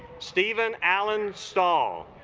steven alan stall